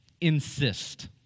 Insist